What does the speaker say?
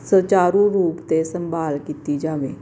ਸੁਚਾਰੂ ਰੂਪ 'ਤੇ ਸੰਭਾਲ ਕੀਤੀ ਜਾਵੇ